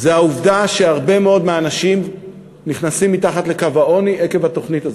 זו העובדה שהרבה מאוד מהאנשים נכנסים מתחת לקו העוני עקב התוכנית הזאת.